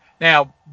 Now